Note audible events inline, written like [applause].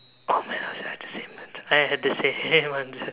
oh my god we had the same answer I had the same answer [laughs]